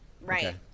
Right